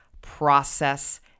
process